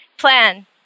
plan